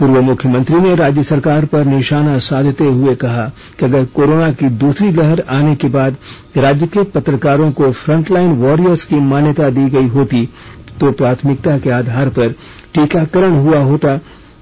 पूर्व मुख्यमंत्री ने राज्य सरकार पर निशाना साधते हुए कहा कि अगर कोरोना की दूसरी लहर आने के बाद राज्य के पत्रकारों को फ्रंटलाईन वॉरियर्स की मान्यता दी गई होती और प्राथमिकता के आधार पर टीकाकरण हुआ होता